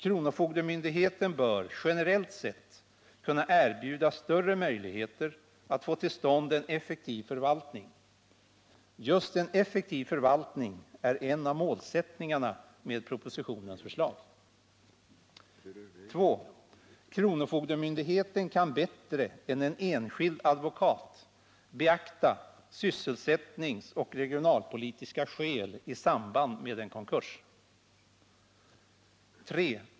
Kronofogdemyndigheten bör generellt sett kunna erbjuda större möjligheter att få till stånd en effektiv förvaltning. Just en effektiv förvaltning är en av målsättningarna med propositionens förslag. 2. Kronofogdemyndigheten kan bättre än en enskild advokat beakta sysselsättningsoch regionalpolitiska skäl i samband med en konkurs. 3.